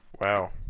Wow